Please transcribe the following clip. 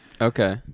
Okay